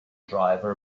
driver